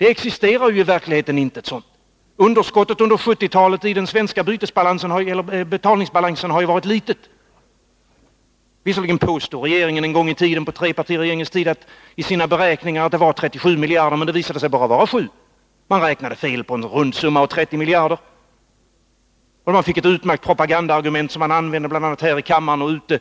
Det existerar i verkligheten inte något sådant. Underskottet under 1970-talet i den svenska betalningsbalansen har varit litet. Visserligen påstod trepartiregeringen på sin tid att det var 37 miljarder, men i verkligheten var det bara 7. Man räknade fel på en rund summa av 30 miljarder och fick ett utmärkt propagandaargument som användes både här i kammaren och på